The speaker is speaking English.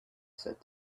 said